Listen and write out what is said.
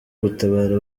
gutabara